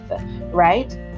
right